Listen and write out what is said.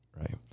right